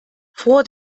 vor